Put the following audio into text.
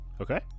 okay